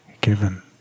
given